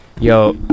Yo